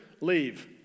leave